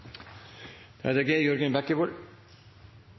Da er det